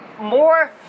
more